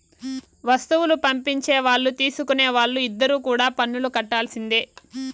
వస్తువులు పంపించే వాళ్ళు తీసుకునే వాళ్ళు ఇద్దరు కూడా పన్నులు కట్టాల్సిందే